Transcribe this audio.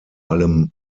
allem